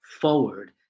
forward